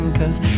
cause